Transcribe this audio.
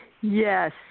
Yes